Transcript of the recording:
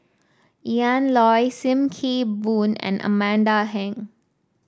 Ian Loy Sim Kee Boon and Amanda Heng